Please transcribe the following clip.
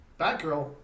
Batgirl